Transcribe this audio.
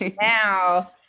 now